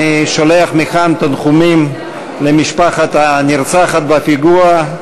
אני שולח מכאן תנחומים למשפחת הנרצחת בפיגוע,